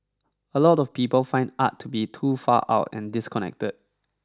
a lot of people find art to be too far out and disconnected